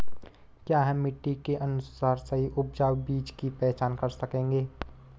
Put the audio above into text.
क्या हम मिट्टी के अनुसार सही उपजाऊ बीज की पहचान कर सकेंगे?